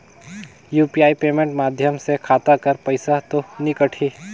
UPI payment माध्यम से खाता कर पइसा तो नी कटही?